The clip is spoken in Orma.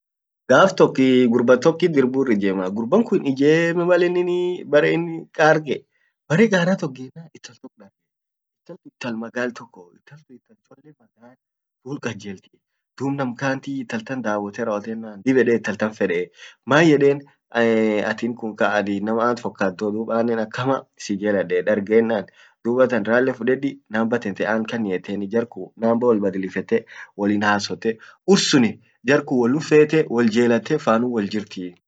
saa agar inen won akasi won ruhu hinkabn, won harkan midasen dandete decision making inamat himmidasitu lazima binaadamit mayer tae controlle wonsun akana akana wonsun ak midasen dagarisen, dubatan won akanansun dudun lilla dansamuu, ak ishin dansa hiiteinif wontun atam dansa maana enan binadamtit tan hincontrolituu dubatan wonsun haki ak ishin dansaf hamtua.